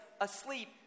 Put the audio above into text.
asleep